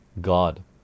God